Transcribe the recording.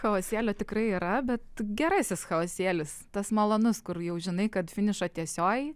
chaosėlio tikrai yra bet gerasis chaosėlis tas malonus kur jau žinai kad finišo tiesioj